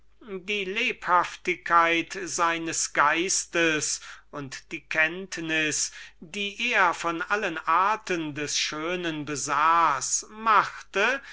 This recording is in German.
die lebhaftigkeit seines geistes und die kenntnis die er von allen arten des schönen besaß machte